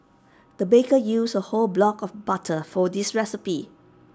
the baker used A whole block of butter for this recipe